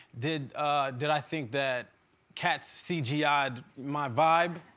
did did i think that cats cgied my vibe.